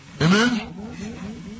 Amen